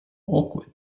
awkward